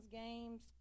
games